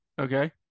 Okay